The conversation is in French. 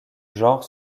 genre